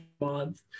month